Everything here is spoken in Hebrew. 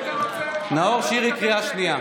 נאור שירי, קריאה שנייה.